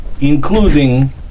Including